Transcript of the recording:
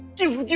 is